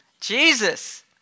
Jesus